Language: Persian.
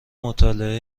مطالعه